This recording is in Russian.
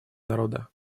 народа